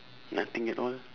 nothing at all